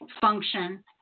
function